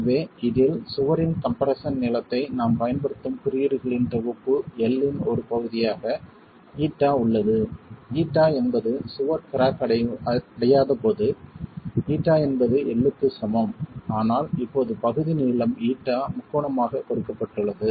எனவே இதில் சுவரின் கம்ப்ரெஸ்ஸன் நீளத்தை நாம் பயன்படுத்தும் குறியீடுகளின் தொகுப்பு l இன் ஒரு பகுதியாக η உள்ளது η என்பது சுவர் கிராக் அடையாதபோது ஈட்டா என்பது l க்கு சமம் ஆனால் இப்போது பகுதி நீளம் η முக்கோணமாக கொடுக்கப்பட்டுள்ளது